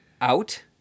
out